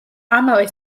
ამავე